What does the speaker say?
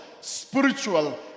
spiritual